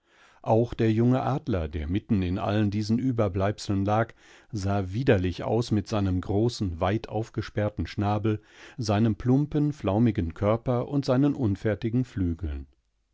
auch der junge adler der mitten in allen diesen überbleibseln lag sah widerlich aus mit seinem großen weit aufgesperrten schnabel seinem plumpen flaumigenkörperundseinenunfertigenflügeln schließlichüberwandakkaihrgrauenundließsichaufdenranddesnestes